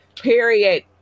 period